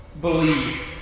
Believe